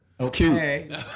okay